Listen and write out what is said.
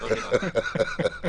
אולי זה טעות סופר.